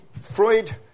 freud